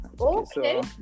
Okay